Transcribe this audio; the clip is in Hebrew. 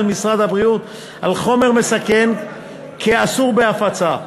משרד הבריאות על חומר מסכן כאסור בהפצה.